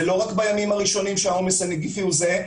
זה לא רק בימים הראשונים שהעומס הנגיפי הוא זהה,